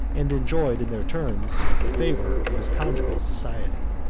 and enjoyed in their turns the favor of his conjugal society.